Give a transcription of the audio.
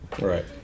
right